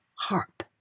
harp